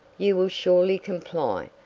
you will surely comply,